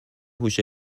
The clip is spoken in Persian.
هوش